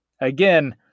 Again